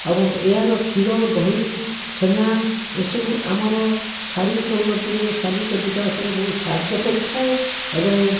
ଏବଂ ଏହାର କ୍ଷୀର ଦହି ଛେନା ଏସବୁ ଆମର ଶାରୀରିକ ଉନ୍ନତିରେ ଶାରୀରିକ ବିକାଶରେ ବହୁତ ସାହାଯ୍ୟ କରିଥାଏ ଏବଂ